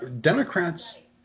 Democrats